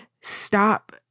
stop